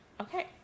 okay